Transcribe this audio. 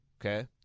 okay